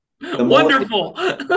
Wonderful